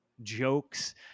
jokes